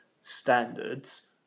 standards